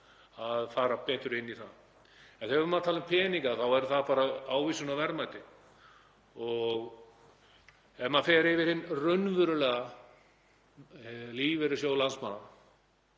að fara betur inn í það. Þegar við erum að tala um peninga þá er það bara ávísun á verðmæti og ef maður fer yfir hinn raunverulega lífeyrissjóð landsmanna